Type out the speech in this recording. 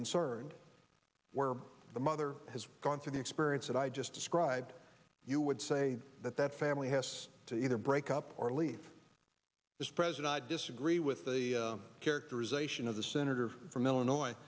concerned where the mother has gone through the experience and i just scribed you would say that that family has to either break up or leave this president i disagree with the characterization of the senator from illinois